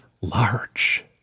large